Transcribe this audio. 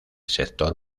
sector